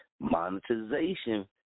monetization